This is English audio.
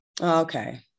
Okay